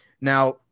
now